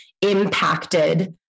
impacted